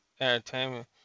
entertainment